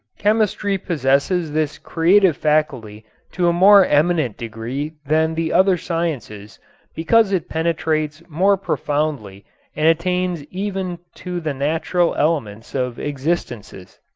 chemistry possesses this creative faculty to a more eminent degree than the other sciences because it penetrates more profoundly and attains even to the natural elements of existences.